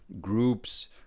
groups